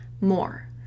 more